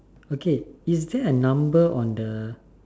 okay is there a number on the